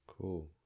Cool